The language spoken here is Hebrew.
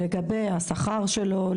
לגבי השכר שלו,